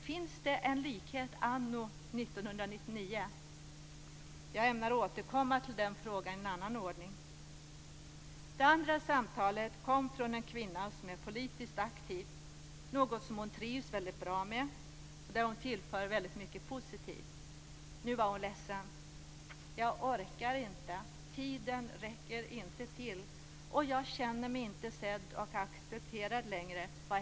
Finns det en likhet anno 1999? Jag ämnar återkomma till den frågan i en annan ordning. Det andra samtalet kom från en kvinna som är politiskt aktiv, vilket hon trivs mycket bra med och där hon tillför mycket positivt. Nu var hon ledsen. Hennes budskap var: Jag orkar inte. Tiden räcker inte till, och jag känner mig inte sedd och accepterad längre.